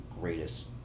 greatest